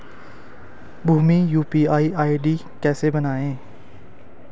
Bhim UPI ID कैसे बनाएं?